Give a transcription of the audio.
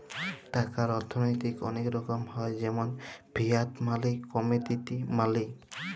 টাকার অথ্থলৈতিক অলেক রকমের হ্যয় যেমল ফিয়াট মালি, কমোডিটি মালি